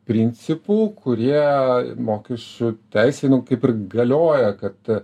principų kurie mokesčių teisėj nu kaip ir galioja kad